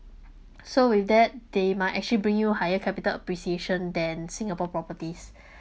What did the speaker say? so with that they might actually bring you higher capital appreciation than singapore properties